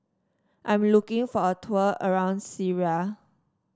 I'm looking for a tour around Syria